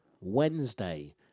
Wednesday